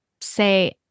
say